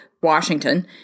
Washington